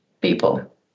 people